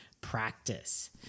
practice